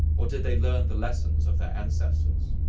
or did they learn the lessons of their ancestors?